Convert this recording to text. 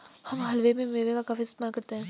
हम हलवे में मेवे का काफी इस्तेमाल करते हैं